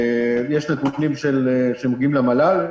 יש נתונים שמגיעים למל"ל,